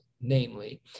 namely